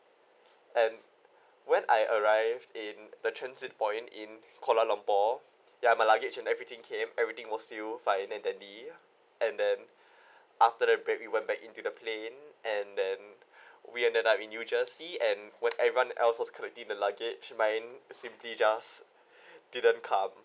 and when I arrived in the transit point in kuala lumpur ya my luggage and everything came everything was still fine at that day and then after the break we went back into the plane and then we ended up in new jersey and when everyone else was collecting the luggage mine simply just didn't come